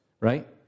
right